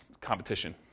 competition